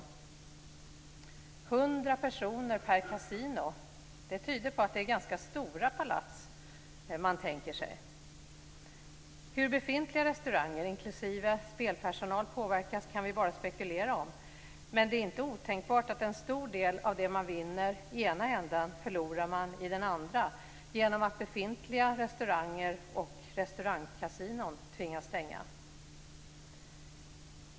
100 personer per kasino tyder på att det är ganska stora palats som man tänker sig. Hur befintliga restauranger inklusive spelpersonal påverkas kan vi bara spekulera om, men det är inte otänkbart att en stor del av det som man vinner i den ena änden förlorar man i den andra, genom att befintliga restauranger och restaurangkasinon tvingas stänga.